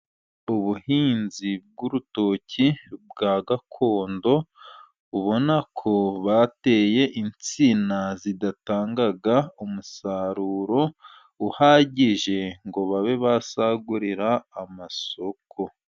Ubuhinzi bw'urutoki bwa gakondo, ubona ko bateye insina zidatanga umusaruro uhagije ngo babe basagurira amasoko.